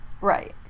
Right